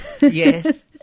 Yes